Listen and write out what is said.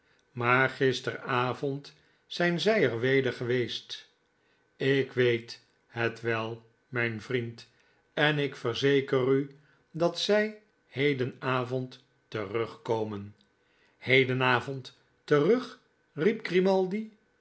maar gisteravond zijn zij er weder geweest ik weet het wel mijn vriend en ik verzeker u dat zij hedenavond terugkomen hedenavond terug riep